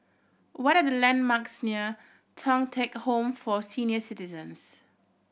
what are the landmarks near Thong Teck Home for Senior Citizens